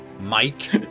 Mike